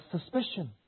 suspicion